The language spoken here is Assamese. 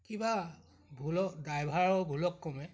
কিবা ভুল ড্ৰাইভাৰৰ ভুলক্ৰমে